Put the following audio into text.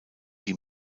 die